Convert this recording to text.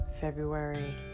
February